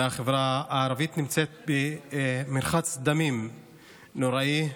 והחברה הערבית נמצאת במרחץ דמים נוראי.